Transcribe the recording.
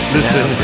Listen